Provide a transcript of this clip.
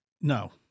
No